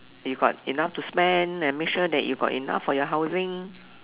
you got enough to spend and make sure that you got enough for your housing